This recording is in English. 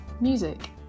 Music